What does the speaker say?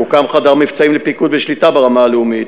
הוקם חדר מבצעים לפיקוד ושליטה ברמה הלאומית,